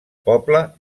poble